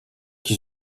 qui